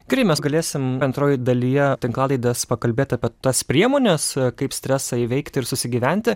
gerai mes galėsim antroj dalyje tinklalaidės pakalbėt apie tas priemones kaip stresą įveikti ir susigyventi